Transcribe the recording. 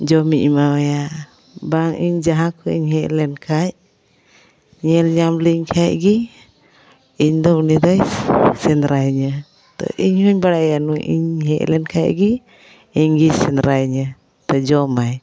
ᱡᱚᱢᱤᱧ ᱮᱢᱟᱣᱟᱭᱟ ᱵᱟᱝ ᱤᱧ ᱡᱟᱦᱟᱸ ᱠᱷᱚᱱ ᱤᱧ ᱦᱮᱡᱞᱮᱱᱠᱷᱟᱱ ᱧᱮᱞ ᱧᱟᱢᱞᱤᱧ ᱠᱷᱟᱱᱜᱮ ᱤᱧᱫᱚ ᱩᱱᱤᱫᱚᱭ ᱥᱮᱸᱫᱽᱨᱟᱭᱤᱧᱟᱹ ᱛᱳ ᱤᱧᱦᱩᱧ ᱵᱟᱲᱟᱭᱟ ᱱᱩᱭ ᱤᱧ ᱦᱮᱡᱞᱮᱱ ᱠᱷᱟᱱᱜᱮ ᱤᱧᱜᱮᱭ ᱥᱮᱸᱫᱽᱨᱟᱭᱤᱧᱟᱹ ᱡᱚᱢᱟᱭ